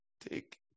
take